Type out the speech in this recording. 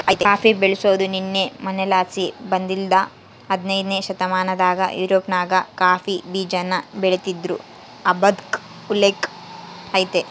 coffee ಬೆಳ್ಸಾದು ನಿನ್ನೆ ಮನ್ನೆಲಾಸಿ ಬಂದಿದ್ದಲ್ಲ ಹದನೈದ್ನೆ ಶತಮಾನದಾಗ ಯುರೋಪ್ನಾಗ ಕಾಫಿ ಬೀಜಾನ ಬೆಳಿತೀದ್ರು ಅಂಬಾದ್ಕ ಉಲ್ಲೇಕ ಐತೆ